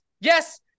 yes